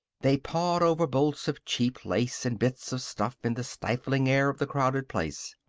they pawed over bolts of cheap lace and bits of stuff in the stifling air of the crowded place.